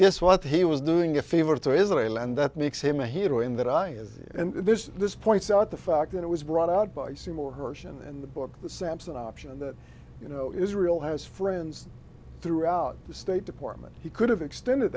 this what he was doing a favor to israel and that makes him a hero in that i is and this points out the fact that it was brought out by seymour hersh in the book the sampson option and that you know israel has friends throughout the state department he could have extended